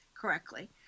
correctly